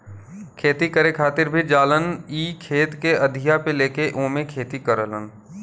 खेती करे खातिर भी जालन इ खेत के अधिया पे लेके ओमे खेती करलन